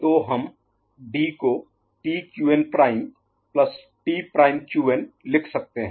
तो हम D को T Qn prime TQn' plus T prime Qn T'Qn लिख सकते हैं